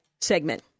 segment